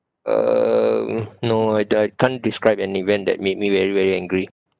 um no I can't describe an event that made me very very angry